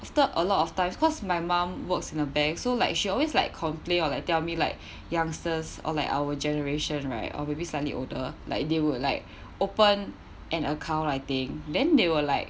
after a lot of times because my mom works in a bank so like she always like complain or like tell me like youngsters or like our generation right or maybe slightly older like they would like open an account lah I think then they will like